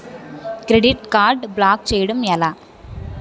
Credit card block చేయడం ఎలా?